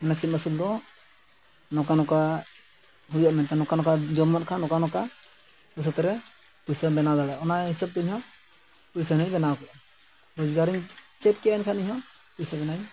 ᱢᱟᱱᱮ ᱥᱤᱢ ᱢᱟᱹᱥᱩᱱ ᱫᱚ ᱱᱚᱝᱠᱟ ᱱᱚᱝᱠᱟ ᱦᱩᱭᱩᱜᱼᱟ ᱢᱮᱱᱛᱮ ᱱᱚᱝᱠᱟ ᱱᱚᱝᱠᱟ ᱡᱚᱢ ᱢᱮᱱᱠᱷᱟᱱ ᱱᱚᱝᱠᱟ ᱱᱚᱝᱠᱟ ᱵᱟᱹᱭᱥᱟᱹᱛᱮ ᱨᱮ ᱯᱩᱭᱥᱟᱹᱢ ᱵᱮᱱᱟᱣ ᱫᱟᱲᱮᱭᱟᱜᱼᱟ ᱚᱱᱟ ᱦᱤᱥᱟᱹᱵᱛᱮ ᱤᱧᱦᱚᱸ ᱯᱩᱭᱥᱟᱹᱧ ᱵᱮᱱᱟᱣ ᱠᱮᱜᱼᱟ ᱨᱳᱡᱽᱜᱟᱨᱤᱧ ᱪᱮᱫ ᱠᱮᱫᱟ ᱮᱱᱠᱷᱟᱱ ᱤᱧᱦᱚᱸ ᱯᱩᱭᱥᱟᱹ ᱵᱮᱱᱟᱣᱤᱧ